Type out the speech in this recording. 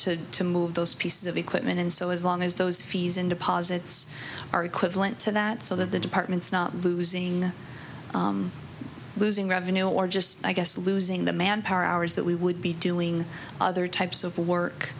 to to move those pieces of equipment in so as long as those fees and deposits are equivalent to that so that the department's not losing losing revenue or just i guess losing the manpower hours that we would be doing other types of work